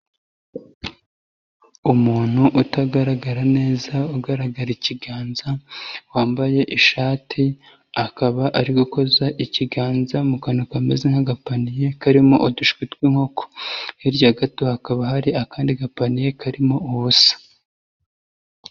Umuntu utagaragara neza ugaragara ikiganza wambaye ishati, akaba ari gukoza ikiganza mu kantu kameze nk'agapaniye karimo udushwi tw'inkoko, hirya gato hakaba hari akandi gapaniye karimo ubusa.